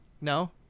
No